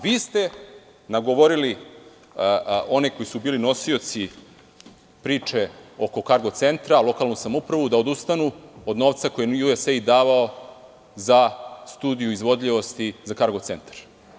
Vi ste nagovorili one koji su bili nosioci priče oko kargo centra, lokalnu samoupravu, da odustanu od novca koji im je USAID davao za studiju izvodljivosti za kargo centar.